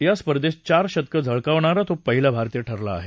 या स्पर्धेत चार शतकं झळकवणारा तो पहिला भारतीय ठरला आहे